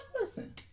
listen